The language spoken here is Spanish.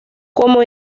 como